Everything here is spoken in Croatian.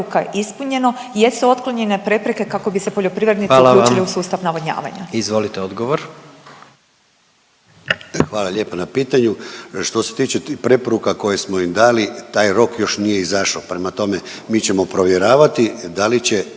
Hvala vam. Izvolite odgovor. **Klešić, Ivan** Hvala lijepa na pitanju. Što se tiče preporuka koje smo im dali taj rok još nije izašao. Prema tome, mi ćemo provjeravati da li će